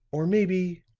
or maybe,